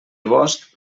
bosc